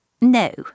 No